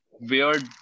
weird